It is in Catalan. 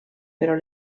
però